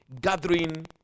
Gathering